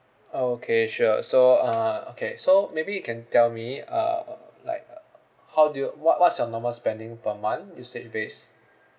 orh okay sure so uh okay so maybe you can tell me uh um like uh how do you what what's your normal spending per month usage base